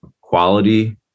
quality